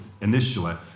initially